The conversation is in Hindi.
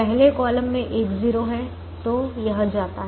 पहले कॉलम में एक 0 है तो यह जाता है